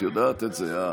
את יודעת את זה.